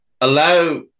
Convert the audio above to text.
allow